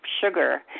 sugar